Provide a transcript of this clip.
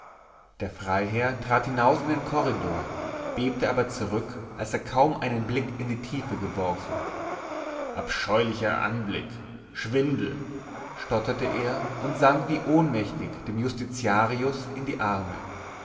der freiherr trat hinaus in den korridor bebte aber zurück als er kaum einen blick in die tiefe geworfen abscheulicher anblick schwindel stotterte er und sank wie ohnmächtig dem justitiarius in die arme